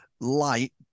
light